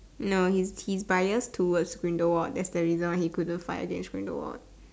no he's he's bias towards grindelwald that's the reason why he couldn't fight against grindelwald